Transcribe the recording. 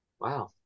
wow